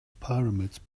pyramids